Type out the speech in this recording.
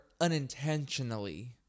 unintentionally